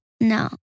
No